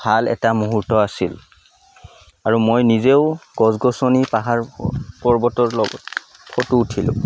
ভাল এটা মুহুৰ্ত আছিল আৰু মই নিজেও গছ গছনি পাহাৰ পৰ্বতৰ লগত ফটো উঠিলোঁ